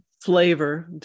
flavor